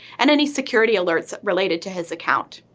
and any security alerts related to his account.